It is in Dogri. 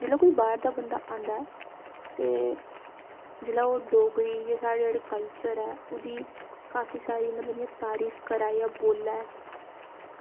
जेल्लै कोई बाह्र दा बंदा आंदा ते जिसले ओह् डोगरी साढ़ा जेह्ड़ा कल्चर ऐ ओह्दी मतलब काफी सारी मतलब इ'यां तारीफ करै ते बोले